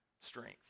strength